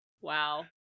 Wow